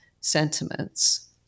sentiments